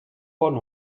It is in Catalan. bon